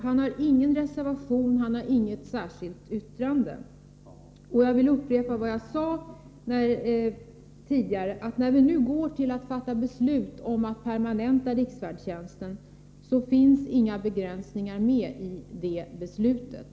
Han har ingen reservation, han har inget särskilt yttrande. Jag vill upprepa vad jag sade tidigare: När vi nu går att fatta beslut om att permanenta riksfärdtjänsten finns inga begränsningar med i beslutet.